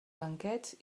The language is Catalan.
banquets